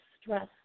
stress